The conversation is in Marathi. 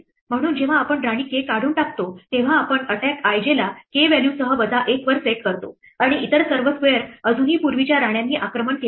म्हणून जेव्हा आपण राणी k काढून टाकतो तेव्हा आपण attack i j ला k व्हॅल्यूसह वजा 1 वर सेट करतो आणि इतर सर्व स्क्वेअर अजूनही पूर्वीच्या राण्यांनी आक्रमण केले आहेत